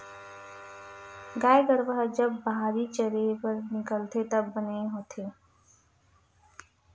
गाय गरूवा ह जब बाहिर चरे बर निकलथे त बने होथे